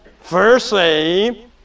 Firstly